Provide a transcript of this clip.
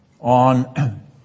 on